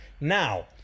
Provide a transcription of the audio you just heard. Now